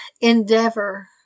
endeavor